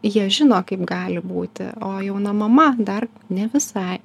jie žino kaip gali būti o jauna mama dar ne visai